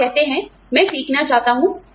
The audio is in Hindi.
आप कहते हैं मैं सीखना चाहता हूं